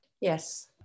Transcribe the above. Yes